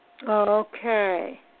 Okay